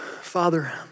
Father